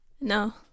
No